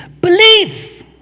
Belief